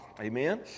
amen